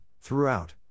throughout